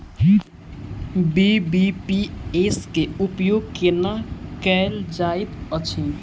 BBPS केँ उपयोग केना कएल जाइत अछि?